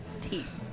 teeth